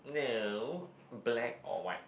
no black or white